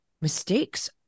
mistakes